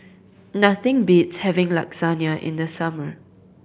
nothing beats having Lasagna in the summer